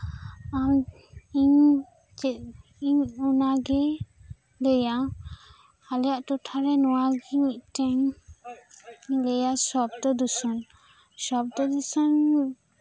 ᱟᱨ ᱤᱧ ᱪᱮᱫ ᱚᱱᱟᱜᱮᱧ ᱞᱟᱹᱭᱟ ᱟᱞᱮᱭᱟᱜ ᱴᱚᱴᱷᱟ ᱨᱮ ᱱᱚᱶᱟ ᱜᱮ ᱢᱤᱫᱴᱮᱱ ᱞᱟᱹᱭᱟ ᱥᱚᱵᱫᱚ ᱫᱩᱥᱚᱱ ᱥᱚᱵᱫᱚ ᱫᱩᱥᱚᱱ